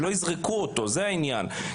שלא יזרקו אותו, זה העניין.